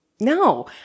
No